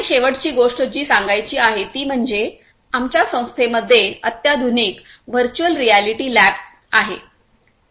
आणि शेवटची गोष्ट जी सांगायची आहे ती म्हणजे आमच्या संस्थेमध्ये अत्याधुनिक व्हर्च्युअल रियालिटी लॅबची आहे